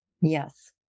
Yes